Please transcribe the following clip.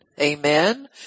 Amen